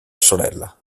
sorella